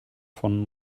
von